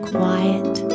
Quiet